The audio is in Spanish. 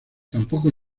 tampoco